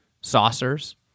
saucers